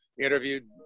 interviewed